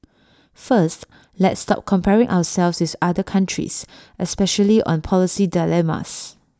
first let's stop comparing ourselves with other countries especially on policy dilemmas